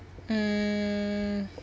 mm